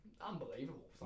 unbelievable